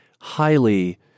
highly